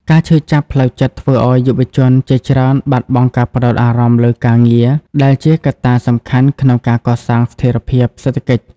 ការឈឺចាប់ផ្លូវចិត្តធ្វើឱ្យយុវជនជាច្រើនបាត់បង់ការផ្តោតអារម្មណ៍លើការងារ ដែលជាកត្តាសំខាន់ក្នុងការកសាងស្ថិរភាពសេដ្ឋកិច្ច។